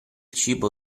cibo